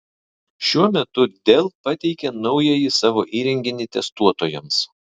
šiuo metu dell pateikė naująjį savo įrenginį testuotojams